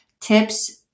tips